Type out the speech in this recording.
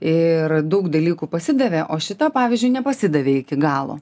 ir daug dalykų pasidavė o šita pavyzdžiui nepasidavė iki galo